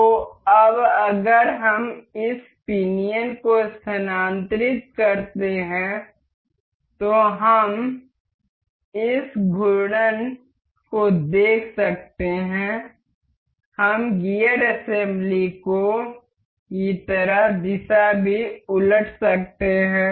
तो अब अगर हम इस पिनियन को स्थानांतरित करते हैं तो हम इस घूर्णन को देख सकते हैं हम गियर असेंबली की तरह दिशा भी उलट सकते हैं